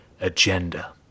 agenda